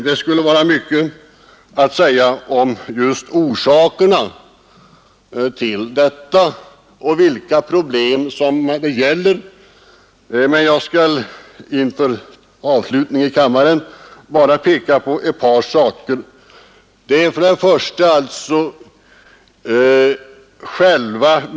Det skulle vara mycket att säga om orsakerna till den nuvarande situationen, men jag skall inför avslutningen i kammaren bara peka på ett par av dem.